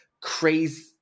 crazy